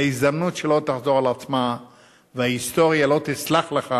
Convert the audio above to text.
זו הזדמנות שלא תחזור על עצמה וההיסטוריה לא תסלח לך